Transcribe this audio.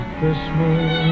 Christmas